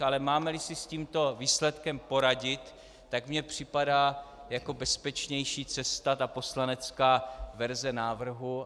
Ale mámeli si s tímto výsledkem poradit, tak mi připadá jako bezpečnější cesta poslanecká verze návrhu.